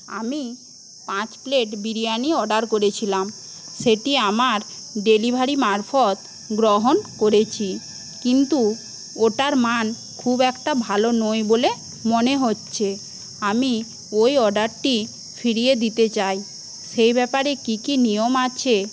আমি পাঁচ plate biryani order করেছিলাম সেটি আমরা ডেলিভারি মারফত গ্রহণ করেছি কিন্তু ওটার মান খুব একটা ভালো নয় বলে মনে হচ্ছে আমি ওই অর্ডারটি ফিরিয়ে দিতে চাই সেই ব্যাপারে কী কী নিয়ম আছে